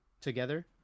together